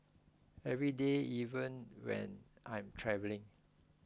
every day even when I'm travelling